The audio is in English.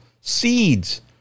seeds